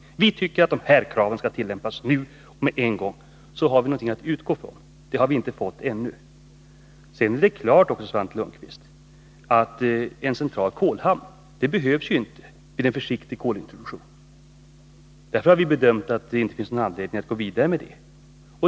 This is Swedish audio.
Säg klart ut: Vi tycker att dessa krav skall tillämpas nu med en gång. Då har vi någonting att utgå ifrån — det har vi inte haft hittills. Sedan är det klart, Svante Lundkvist, att det inte behövs någon central kolhamn vid en försiktig kolimport. Därför har vi bedömt att det inte finns någon anledning att gå vidare med den frågan.